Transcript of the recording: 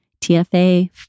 TFA